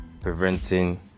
preventing